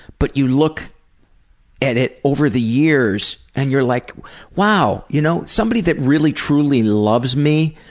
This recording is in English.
but you look at it over the years and you're like wow, you know, somebody that really, truly loves me